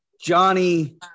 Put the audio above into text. Johnny